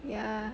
ya